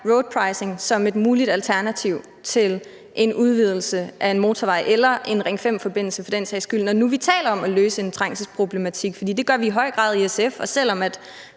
roadpricing som et muligt alternativ til en udvidelse af en motorvej eller en Ring 5-forbindelse for den sags skyld, når nu vi taler om at løse en trængselsproblematik, for det gør vi i høj grad i SF. Og selv om